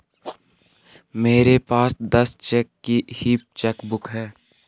मेरे पास दस चेक की ही चेकबुक है